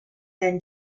been